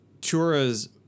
Tura's